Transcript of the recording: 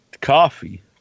Coffee